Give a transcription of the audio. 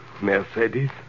Mercedes